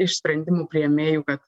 iš sprendimų priėmėjų kad